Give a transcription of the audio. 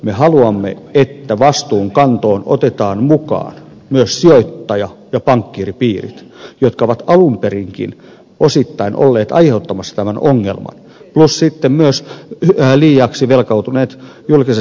me haluamme että vastuunkantoon otetaan mukaan myös sijoittaja ja pankkiiripiirit jotka ovat alun perinkin osittain olleet aiheuttamassa tämän ongelman plus sitten myös liiaksi velkautuneet julkisen sektorin päättäjät